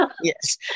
Yes